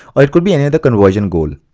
or it could be another conversion goal.